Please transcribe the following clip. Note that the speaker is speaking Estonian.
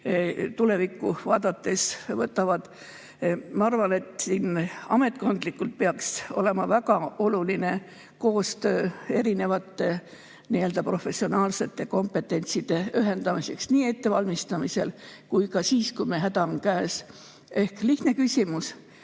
tulevikku vaadates [käsile] võtavad. Ma arvan, et ametkondlikult peaks siin olema väga oluline koostöö erinevate nii‑öelda professionaalsete kompetentside ühendamiseks nii ettevalmistamisel kui ka siis, kui häda on käes. Lihtne küsimus: